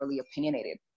opinionated